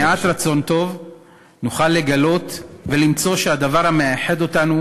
עם מעט רצון טוב נוכל לגלות ולמצוא שהמאחד אותנו